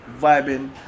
vibing